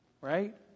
right